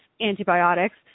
antibiotics